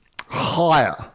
Higher